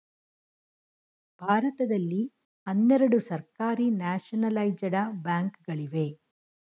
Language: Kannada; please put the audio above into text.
ಭಾರತದಲ್ಲಿ ಹನ್ನೆರಡು ಸರ್ಕಾರಿ ನ್ಯಾಷನಲೈಜಡ ಬ್ಯಾಂಕ್ ಗಳಿವೆ